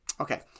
Okay